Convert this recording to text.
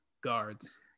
guards